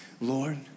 Lord